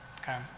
Okay